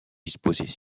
disposés